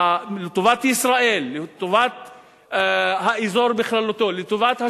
לטובת ישראל, לטובת האזור בכללותו, לטובת השלום,